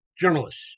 journalists